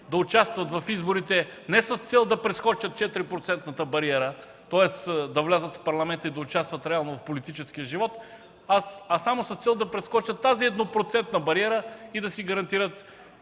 да участват в изборите не с цел да прескочат 4-процентната бариера, тоест да влязат в Парламента и да участват реално в политическия живот, а само с цел да прескочат тази еднопроцентна бариера и да си гарантират